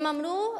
הם אמרו,